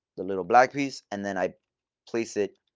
the little black piece, and then i place it